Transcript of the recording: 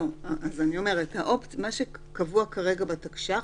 זה אומנם לא התחום שלי במשרד,